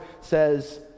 says